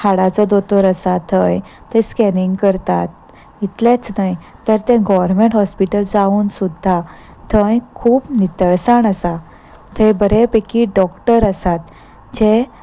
हाडाचो दोतोर आसा थंय थंय स्कॅनिंग करतात इतलेंच न्हय तर तें गॉवरमॅंट हॉस्पिटल जावून सुद्दा थंय खूब नितळसाण आसा थंय बरे पैकी डॉक्टर आसात जे